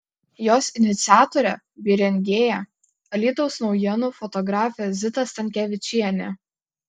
jos iniciatorė bei rengėja alytaus naujienų fotografė zita stankevičienė